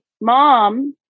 mom